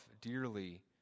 dearly